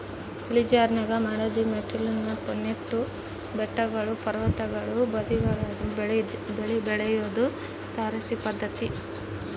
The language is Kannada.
ಇಳಿಜಾರಿನಾಗ ಮಡಿದ ಮೆಟ್ಟಿಲಿನ ನೆಟ್ಟು ಬೆಟ್ಟಗಳು ಪರ್ವತಗಳ ಬದಿಗಳಲ್ಲಿ ಬೆಳೆ ಬೆಳಿಯೋದು ತಾರಸಿ ಪದ್ಧತಿ